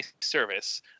service